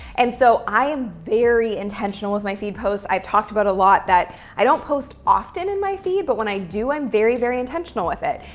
and so i am very intentional with my feed post. i've talked about a lot that i don't post often in my feed, but when i do, i'm very, very intentional with it,